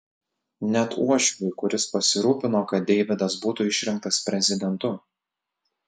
net uošviui kuris pasirūpino kad deividas būtų išrinktas prezidentu